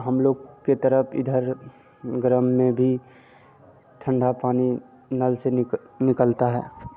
हम लोग के तरफ़ इधर गर्मी में भी ठंडा पानी नल से निक निकलता है